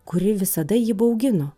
kuri visada jį baugino